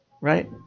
right